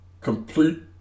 complete